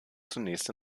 zunächst